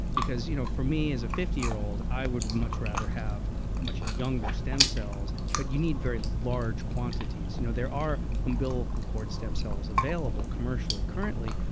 because you know for me as a fifty year old i would much rather have much younger stem cells, but you need very large quantities. you know there are umbilical cord stem cells available commercially currently,